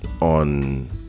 on